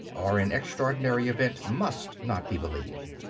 or an extraordinary event must not be believed.